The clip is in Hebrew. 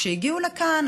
וכשהגיעו לכאן,